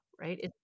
right